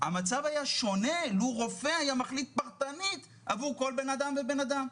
המצב היה שונה לו רופא היה מחליט פרטנית עבור כל בן אדם ובן אדם.